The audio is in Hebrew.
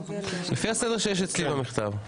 לפי הסדר שיש אצלי במכתב.